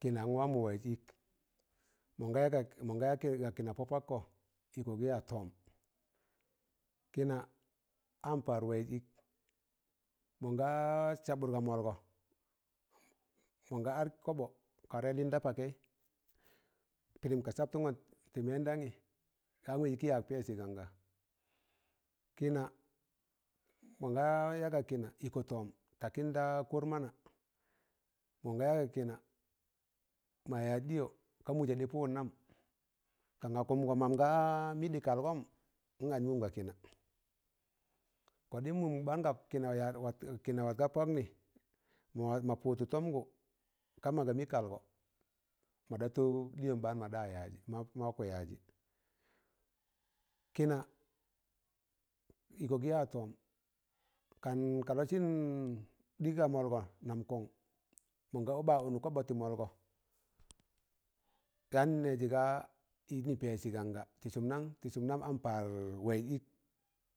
Kịna n wamọ waịz ịk mọnga mọnga ya ga kịna pọ pakkọ ịkọ gị ya tọọm, kịna an paar waịz ịk, mọnga sabụr ga mọlgọ mọnga ar kobo ka warẹ lin da pakaị, pịrịm ka sabtụngọn tị mẹndanyị ka ya wẹjị ịkẹ yak pẹsị gan ga. kịna mọnga ya ga kịna ịkọ tọọm, takịn da kọr mana, mọnga ya ga kịna mayaz ɗịyọ ka mụje ɗị pụụdnam, kan ga kụmgọ mam ga mị ɗị kalgọm an anj mum ga kịna. kọɗịm mụm ɓaan ga kịna yar wat ga pakni ̣mọ wad pụụd tụ tọmgụ, ka maga mị kalgọ maɗa tob ɗịyọm ɓaan mọɗa yaajị, kịna ikọ gị ya tọọm, kan ka lọsịn ɗị ga mọlgọ nam kọn mọn gọ ba ọnụk kobo ti mọlgọ, yan nẹjị ga ịnị pesị ganga ti sụm nang? tị sụm mam an paar waịz ịk,